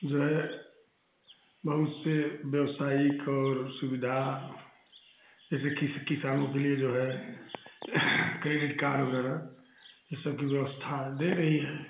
जो है बहुत से व्यावसायिक और सुविधा जैसे किस किसानों के लिए जो है क्रेडिट कार्ड वगैरह ये सबकी व्यवस्था दे रही है